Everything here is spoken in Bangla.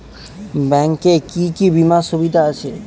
ব্যাংক এ কি কী বীমার সুবিধা আছে?